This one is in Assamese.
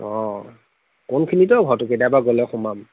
অঁ কোনখিনিতে অঁ ঘৰটো কেতিয়াবা গ'লে সোমাম